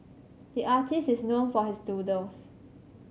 the artist is known for his doodles